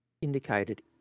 indicated